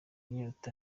inyota